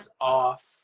off